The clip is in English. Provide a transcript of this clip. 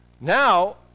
now